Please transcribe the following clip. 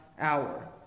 hour